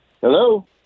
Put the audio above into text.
Hello